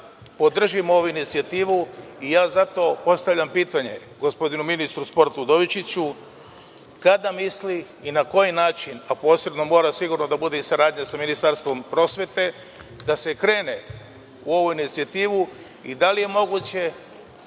podržimo ovu inicijativu i ja zato postavljam pitanje gospodinu ministru sporta, Udovičiću – kada misli i na koji način, a posebno mora da bude i saradnja sa Ministarstvom prosvete, da se krene u ovu inicijativu i da li je moguće